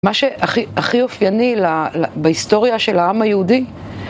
מה שהכי אופייני בהיסטוריה של העם היהודי